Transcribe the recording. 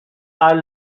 are